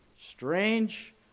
strange